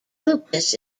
lupus